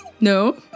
No